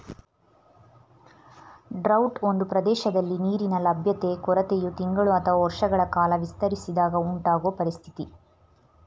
drought ಒಂದು ಪ್ರದೇಶದಲ್ಲಿ ನೀರಿನ ಲಭ್ಯತೆ ಕೊರತೆಯು ತಿಂಗಳು ಅಥವಾ ವರ್ಷಗಳ ಕಾಲ ವಿಸ್ತರಿಸಿದಾಗ ಉಂಟಾಗೊ ಪರಿಸ್ಥಿತಿ